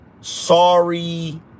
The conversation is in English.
Sorry